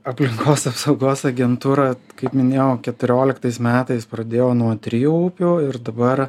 aplinkos apsaugos agentūra kaip minėjau keturioliktais metais pradėjo nuo trijų upių ir dabar